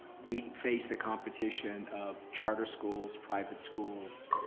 we face the competition of charter schools, private schools,